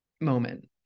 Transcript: moment